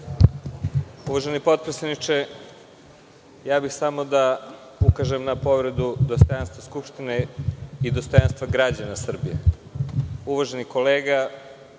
Uvaženi potpredsedniče, samo bih da ukažem na povredu dostojanstva Skupštine i dostojanstva građana Srbije. Uvaženi kolega